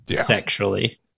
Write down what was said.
sexually